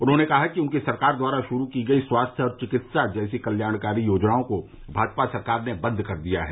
उन्होंने कहा कि उनकी सरकार द्वारा शुरू की गई स्वास्थ्य और चिकित्सा जैसी कल्याणकारी योजनाओं को भाजपा सरकार ने बंद कर दिया है